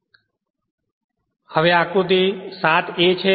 અને આ આકૃતિ સાત a છે